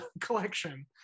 collection